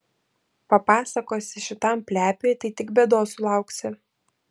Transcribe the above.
papasakosi šitam plepiui tai tik bėdos sulauksi